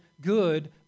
good